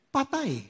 Patay